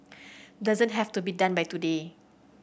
doesn't have to be done by today